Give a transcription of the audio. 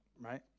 Right